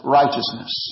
righteousness